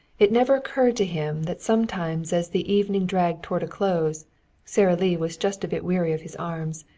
it never occurred to him that sometimes as the evening dragged toward a close sara lee was just a bit weary of his arms,